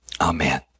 amen